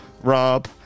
Rob